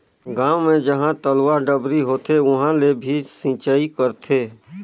गांव मे जहां तलवा, डबरी होथे उहां ले भी सिचई करथे